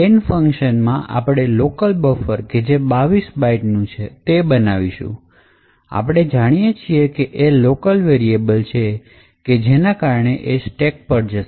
scan ફંકશનમાં આપડે local buffer કે જે 22 બાઈટનું છે એ બનાવીશું આપણે જાણીએ છીએ કે એ local variable છે કે જેના કારણે એ સ્ટેક પર જશે